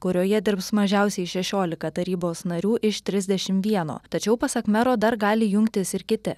kurioje dirbs mažiausiai šešiolika tarybos narių iš trisdešim vieno tačiau pasak mero dar gali jungtis ir kiti